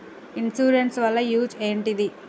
Insurance వాళ్ల use ఏంటిది?